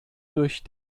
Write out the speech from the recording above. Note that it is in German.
durch